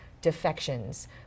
defections